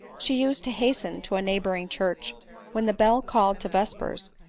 she used to hasten to a neighboring church when the bell called to vespers,